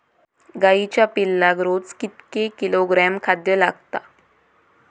गाईच्या पिल्लाक रोज कितके किलोग्रॅम खाद्य लागता?